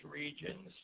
regions